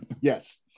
Yes